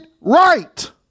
right